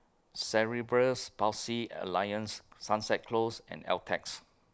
Cerebral Palsy Alliance Sunset Close and Altez